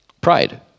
Pride